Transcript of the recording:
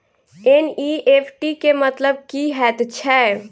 NEFT केँ मतलब की हएत छै?